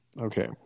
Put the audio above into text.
okay